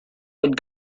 would